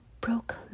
broke